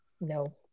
No